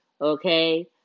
Okay